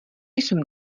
jsem